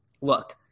look